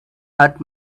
hurt